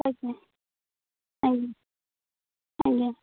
ଆଜ୍ଞା ଆଜ୍ଞା ଆଜ୍ଞା